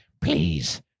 Please